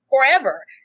Forever